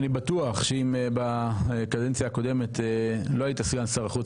אני בטוח שאם בקדנציה הקודמת לא היית סגן שר החוץ